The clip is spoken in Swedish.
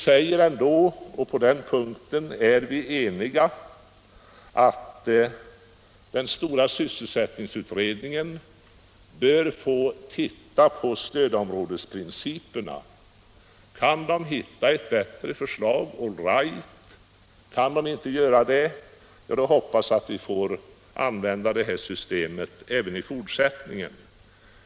Utskottet säger, och på den punkten är vi eniga, att sysselsättningsutredningen bör få titta på stödområdesprinciperna. Kan utredningen hitta ett bättre förslag så all right — kan den inte det så hoppas jag att vi får använda det nuvarande systemet även i fortsättningen.